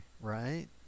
right